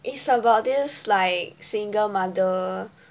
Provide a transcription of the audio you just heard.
it's about this like single mother